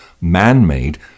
man-made